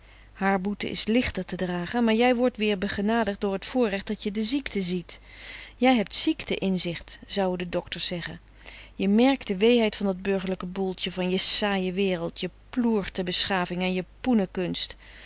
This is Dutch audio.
haar boete is lichter te dragen maar jij word weer begenadigd door t voorrecht dat je de ziekte ziet jij hebt ziekte inzicht zouën de docters zegge je merkt de wee heid van dat burgerlijke boeltje van je saaie wereld je ploerten beschaving en je